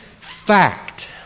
fact